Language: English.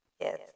Yes